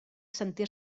sentir